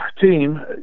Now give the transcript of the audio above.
team